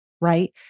right